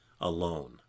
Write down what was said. alone